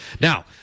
Now